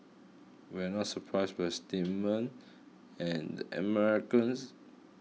we are not surprised by statement and Americans